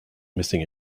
missing